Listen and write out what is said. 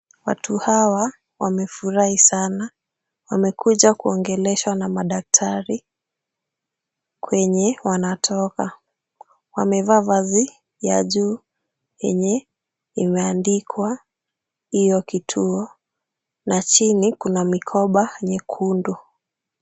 Watu hawa wamefurahi sana. Wamekuja kuongeleshwa na madaktari kwenye wanatoka. Wamevaa vazi ya juu imeandikwa hiyo kituo na chini kuna mikoba nyekundu.